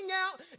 out